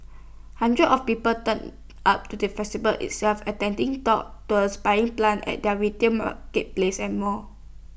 hundreds of people turned up to the festival itself attending talks tours buying plants at their retail marketplace and more